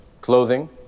clothing